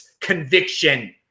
conviction